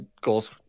goals